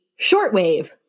Shortwave